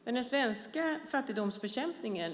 Men några av framgångsfaktorerna i den svenska fattigdomsbekämpningen